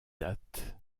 date